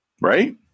right